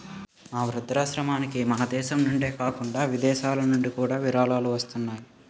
మా వృద్ధాశ్రమానికి మనదేశం నుండే కాకుండా విదేశాలనుండి కూడా విరాళాలు వస్తున్నాయి